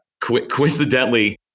coincidentally